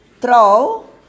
throw